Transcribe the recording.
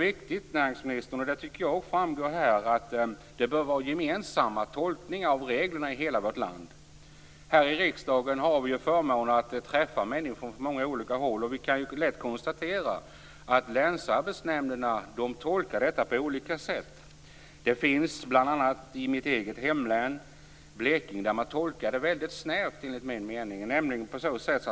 Det framgår av näringsministerns svar att reglerna bör tolkas på samma sätt i hela vårt land. Vi här i riksdagen har förmånen att träffa människor från många olika håll. Vi kan lätt konstatera att länsarbetsnämnderna tolkar reglerna på olika sätt. Bl.a. i mitt eget hemlän, Blekinge, tolkar man dem mycket snävt.